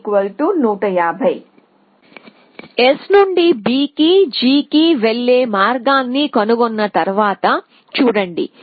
S నుండి B కి G కి వెళ్ళే మార్గాన్ని కనుగొన్న తర్వాత చూడండి